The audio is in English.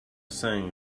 saying